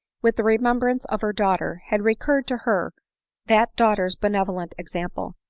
with the re membrance of her daughter had recurred to her that daughter's benevolent example.